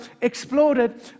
exploded